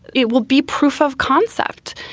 it will be proof of concept.